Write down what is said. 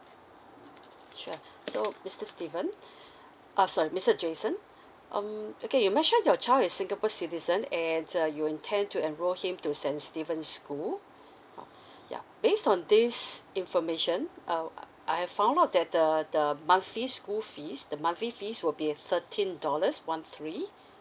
sure so mister Steven oh sorry mister Jason um okay you mention your child is singapore citizen and uh you intend to enrol him to saint stephen's school now yup based on this information uh I've found out that the the monthly school fees the monthly fees will be thirteen dollars one three